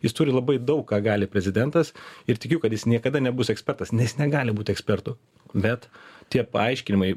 jis turi labai daug ką gali prezidentas ir tikiu kad jis niekada nebus ekspertas nes negali būti ekspertu bet tie paaiškinimai